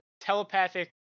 telepathic